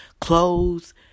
clothes